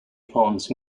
plants